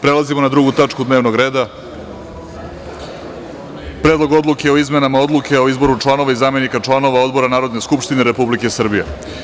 Prelazimo na drugu tačku dnevnog reda – PREDLOG ODLUKE O IZMENAMA ODLUKE O IZBORU ČLANOVA I ZAMENIKA ČLANOVA ODBORA NARODNE SKUPŠTINE REPUBLIKE SRBIJE.